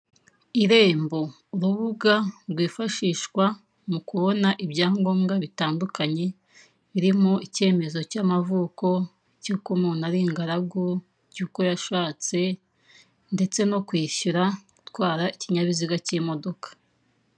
Irembo, urubuga rwifashishwa mu kubona ibangombwa bitandukanye birimo; icyaemezo cy'amavuko, icy'uko umuntu ari ingaragu, icy'uko yashatse ndetse no kwishyura gutwara ikinyabiziga cy'imodoka.